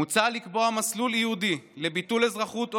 מוצע לקבוע מסלול ייעודי לביטול אזרחות או